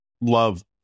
love